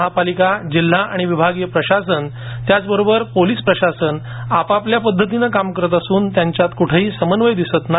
महापालिका जिल्हा आणि विभागीय प्रशासन त्याचबरोबर पोलीस प्रशासन आपापल्या पद्धतीनं काम करत असून त्यांच्यात कुठेही समन्वय दिसत नाही